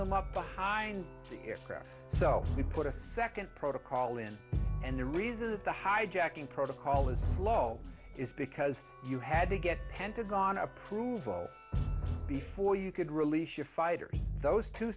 them up behind the aircraft so we put a second protocol in and the reason that the hijacking protocol is slow is because you had to get pentagon approval before you could release your fighters those t